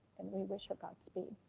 and we wish her god speed.